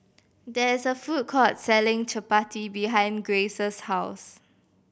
there is a food court selling Chapati behind Grayce's house